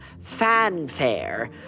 fanfare